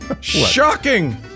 Shocking